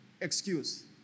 excuse